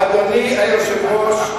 אדוני היושב-ראש,